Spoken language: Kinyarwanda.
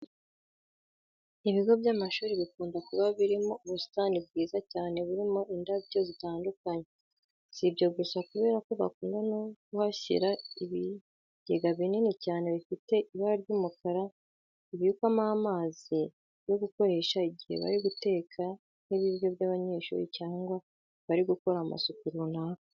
Ibigo by'amashuri bikunda kuba birimo ubusitani bwiza cyane burimo indabyo zitandukanye. Si ibyo gusa kubera ko bakunda no kuhashyira ibigega binini cyane bifite ibara ry'umukara bibikwamo amazi yo gukoresha igihe bari guteka nk'ibiryo by'abanyeshuri cyangwa bari gukora amasuku runaka.